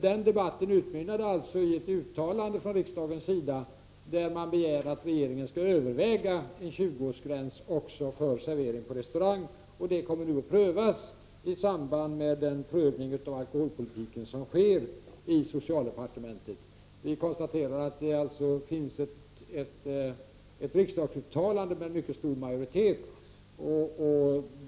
Den debatten utmynnade alltså i ett uttalande från riksdagens sida, i vilket man begärde att regeringen skall överväga en 20-årsgräns också för servering på restaurang. Detta kommer nu att prövas i samband med den översyn av alkoholpolitiken som sker i socialdepartementet. Vi konstaterar att det alltså finns ett riksdagsuttalande med mycket stor majoritet.